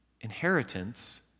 Inheritance